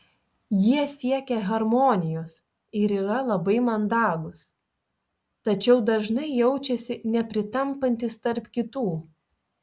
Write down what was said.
jie siekia harmonijos ir yra labai mandagūs tačiau dažnai jaučiasi nepritampantys tarp kitų